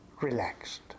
relaxed